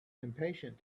impatient